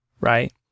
right